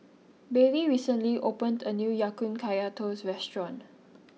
Baylie recently opened a new Ya Kun Kaya Toast restaurant